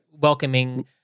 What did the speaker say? Welcoming